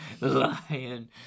lion